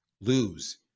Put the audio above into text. lose